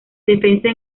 defensa